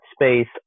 space